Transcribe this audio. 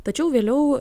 tačiau vėliau